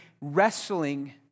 wrestling